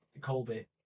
Colby